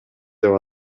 деп